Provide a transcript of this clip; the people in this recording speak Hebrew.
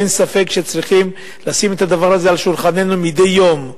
אין ספק שאנחנו צריכים לשים את הדבר הזה על שולחננו מדי יום,